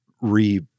re